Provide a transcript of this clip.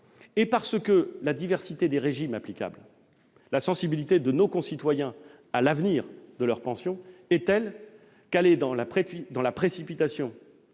et parce que la diversité des régimes applicables et la sensibilité de nos concitoyens à l'avenir de leur pension sont telles que la précipitation